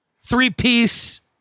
three-piece